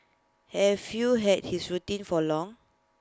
have you had this routine for long